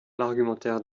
l’argumentaire